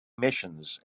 missions